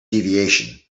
deviation